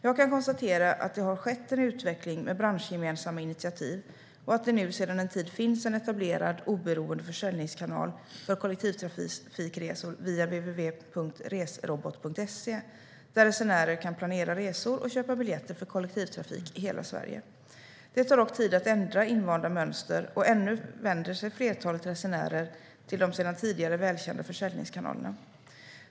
Jag kan konstatera att det har skett en utveckling med branschgemensamma initiativ och att det nu sedan en tid finns en etablerad oberoende försäljningskanal för kollektivtrafikresor via www.resrobot.se där resenärer kan planera resor och köpa biljetter för kollektivtrafik i hela Sverige. Det tar dock tid att ändra invanda mönster, och ännu vänder sig flertalet resenärer till de sedan tidigare välkända försäljningskanalerna.